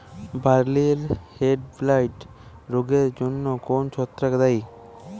বার্লির হেডব্লাইট রোগের জন্য কোন ছত্রাক দায়ী?